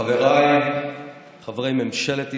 חבריי חברי ממשלת ישראל,